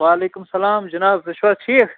وعلیکُم السَلام جِناب تُہۍ چھُوا ٹھیٖک